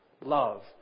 love